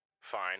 fine